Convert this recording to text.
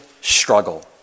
struggle